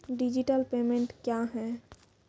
Digital payment क्या हैं?